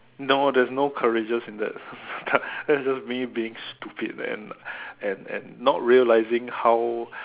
no there's no courageous in that that that's just me being stupid man and and and not realizing how